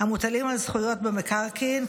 המוטלים על זכויות במקרקעין,